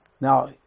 Now